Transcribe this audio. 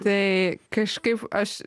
tai kažkaip aš